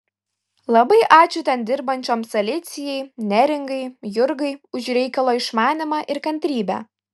labai ačiū ten dirbančioms alicijai neringai jurgai už reikalo išmanymą ir kantrybę